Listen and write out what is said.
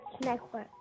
Network